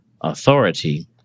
authority